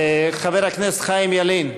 חבר הכנסת חיים ילין,